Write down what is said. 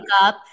up